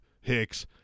Hicks